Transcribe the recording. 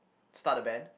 start a band